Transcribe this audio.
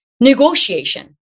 negotiation